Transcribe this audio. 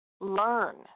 learn